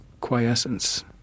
quiescence